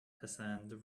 hassan